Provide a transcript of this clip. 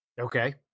Okay